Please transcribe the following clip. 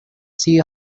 see